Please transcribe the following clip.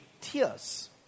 tears